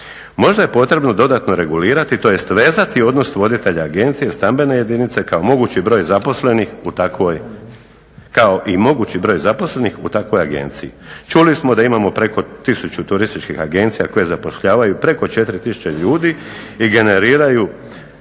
Možda je potrebno dodatno regulirati tj. vezati odnos voditelja agencije, stambene jedinice kao i mogući broj zaposlenih u takvoj agenciji. Čuli smo da imamo preko tisuću turističkih agencija koje zapošljavaju preko 4000 ljudi i generiraju